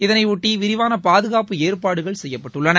இதனையொட்டி விரிவான பாதுகாப்பு ஏற்பாடுகள் செய்யப்பட்டுள்ளன